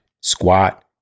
squat